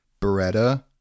Beretta